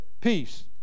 Peace